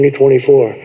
2024